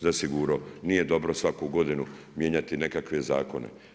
Zasigurno nije dobro svaku godinu mijenjati nekakve zakone.